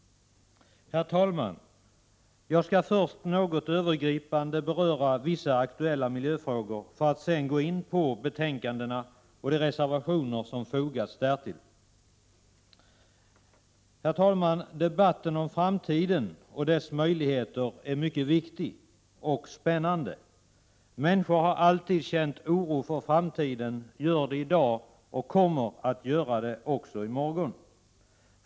Herr talman! Jag skall först något övergripande beröra vissa aktuella miljöfrågor, för att sedan gå in på betänkandena och de reservationer som fogats därtill. Debatten om framtiden och dess möjligheter är mycket viktig och spännande. Människor har alltid känt oro för framtiden, gör det i dag och kommer att göra det också i morgon.